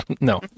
No